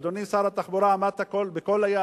אדוני שר התחבורה, עמדת בכל היעדים?